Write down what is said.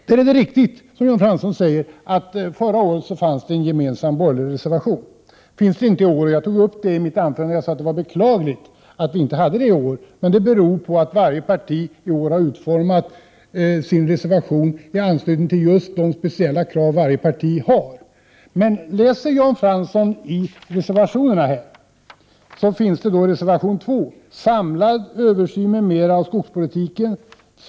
Det är riktigt som Jan Fransson säger att det förra året fanns en gemensam borgerlig reservation. Det finns det inte i år, och jag tog upp det i mitt inledningsanförande. Jag sade att det är beklagligt att vi inte har någon gemensam reservation i år. Men det beror på att varje parti i år har utformat sin reservation med hänsyn till just de speciella krav varje parti har. m.m. av skogspolitiken.